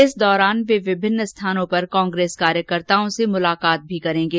इस दौरान वे विभिन्न स्थानों पर कांग्रेस कार्यकर्ताओं से मुलाकात भी करेंगे